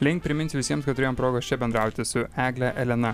link priminsiu visiem kad turėjom progą čia bendrauti su egle elena